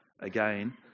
again